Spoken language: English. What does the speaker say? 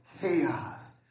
chaos